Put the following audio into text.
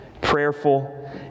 prayerful